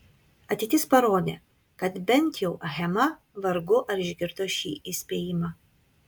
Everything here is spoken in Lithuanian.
ateitis parodė kad bent jau achema vargu ar išgirdo šį įspėjimą